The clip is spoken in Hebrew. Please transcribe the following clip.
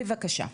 בבקשה.